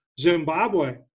zimbabwe